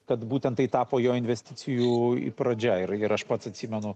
kad būtent tai tapo jo investicijų pradžia ir ir aš pats atsimenu